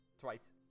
Twice